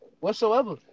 Whatsoever